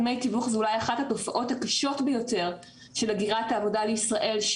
דמי תיווך אולי התופעות הקשות ביותר של הגירת העבודה לישראל,